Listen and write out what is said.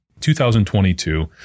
2022